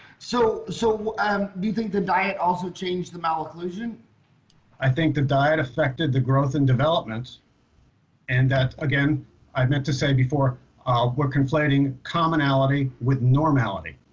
so so um do you think the diet also changed the malocclusion? john i think the diet affected the growth and development and that again i meant to say before we're conflating commonality with normality,